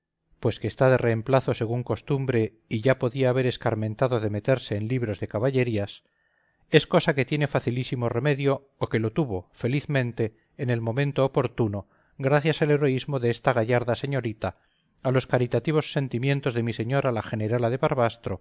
pariente don jorge de córdoba a quien nadie mandaba echar su cuarto a espadas en el jaleo de ayer tarde pues que está de reemplazo según costumbre y ya podía haber escarmentado de meterse en libros de caballerías es cosa que tiene facilísimo remedio o que lo tuvo felizmente en el momento oportuno gracias al heroísmo de esta gallarda señorita a los caritativos sentimientos de mi señora la generala de